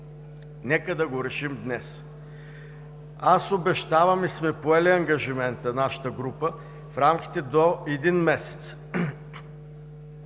Нека да го решим днес. Аз обещавам и сме поели ангажимента – нашата група – в рамките до един месец,